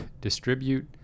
distribute